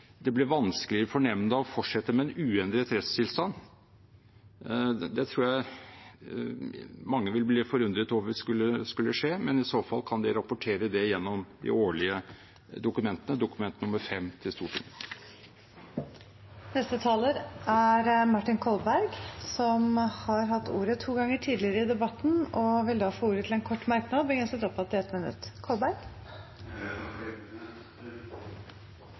det blir vanskelig for nemnda å fortsette med en uendret rettstilstand. Det tror jeg mange vil bli forundret over om skulle skje, men i så fall kan de rapportere det gjennom de årlige dokumentene, Dokument nr. 5, til Stortinget. Representanten Martin Kolberg har hatt ordet to ganger tidligere og får ordet til en kort merknad, begrenset til 1 minutt.